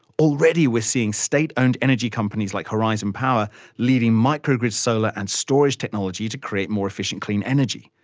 already we're seeing state-owned energy companies like horizon power leading micro-grid solar and storage technology to create more efficient clean energy.